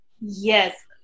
yes